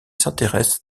s’intéresse